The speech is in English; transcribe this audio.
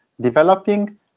developing